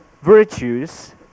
virtues